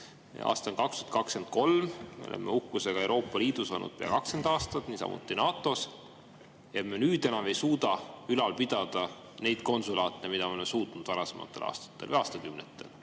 aastal 2023 oleme uhkusega Euroopa Liidus olnud pea 20 aastat, niisamuti NATO-s, aga me nüüd enam ei suuda ülal pidada neid konsulaate, mida me oleme suutnud varasematel aastatel või aastakümnetel?